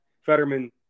Fetterman